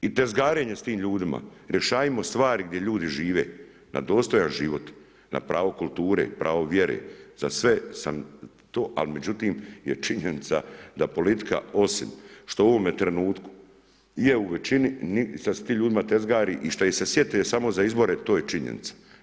I tezgarenje s tim ljudima, rješavajmo stvari gdje ljudi žive, na dostojan život, na pravo kulture, pravo vjere, za sve sam to, ali međutim je činjenica da politika osim što u ovom trenutku je u većini, šta se s tim ljudima tezgari i šta ih se sjete samo za izbore, to je činjenica.